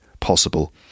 possible